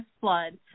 flood